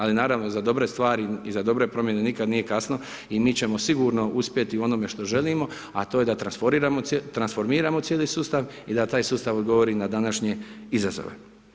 Ali naravno za dobre stvari i za dobre promjene nikad nije kasno i mi ćemo sigurno uspjeti u onome što želimo, a to je da transformiramo cijeli sustav i da taj sustav odgovori na današnje izazove.